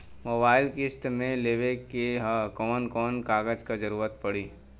Mobile किस्त मे लेवे के ह कवन कवन कागज क जरुरत पड़ी?